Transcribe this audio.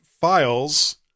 files